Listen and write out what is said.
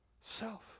Self